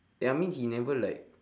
eh I mean he never like